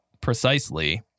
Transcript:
precisely